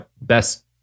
best